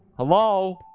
hello?